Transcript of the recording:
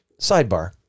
sidebar